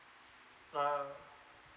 ah